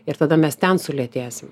ir tada mes ten sulėtėsim